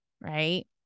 right